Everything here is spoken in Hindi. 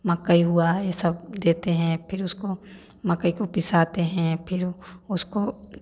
मकई हुआ ये सब देते हैं फिर उसको मकई को पिसातें हैं फिर उसको